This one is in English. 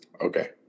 Okay